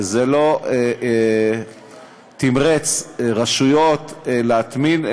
זה לא תמרץ רשויות להטמין,